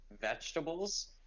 vegetables